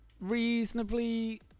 reasonably